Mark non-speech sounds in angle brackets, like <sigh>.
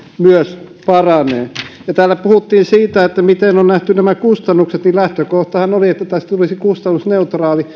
paranee täällä puhuttiin siitä miten on nähty nämä kustannukset lähtökohtahan oli että tästä tulisi kustannusneutraali <unintelligible>